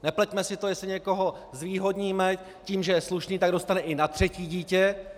Nepleťme si to, jestli někoho zvýhodníme tím, že je slušný, tak dostane i na třetí dítě.